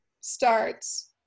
starts